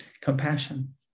compassion